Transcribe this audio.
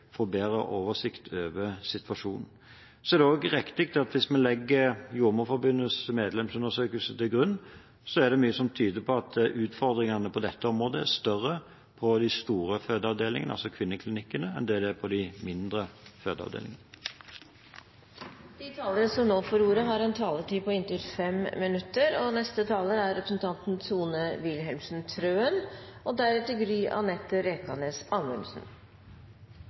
bedre oversikt over situasjonen. Det er også riktig at hvis vi legger Jordmorforbundets medlemsundersøkelse til grunn, er det mye som tyder på at utfordringene på dette området er større på de store fødeavdelingene, altså kvinneklinikkene, enn det er på de mindre fødeavdelingene. Jeg vil takke Kjersti Toppe for å fremme interpellasjonen, men også for at hun er opptatt av kvinnehelse og fødselsomsorg. Det er et engasjement som vi deler, og